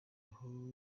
aho